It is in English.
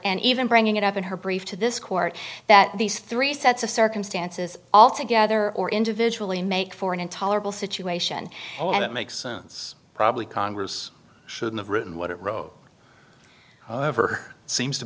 and even bringing it up in her brief to this court that these three sets of circumstances all together or individually make for an intolerable situation and it makes sense probably congress should have written what it wrote ever seems to